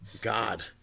God